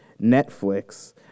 Netflix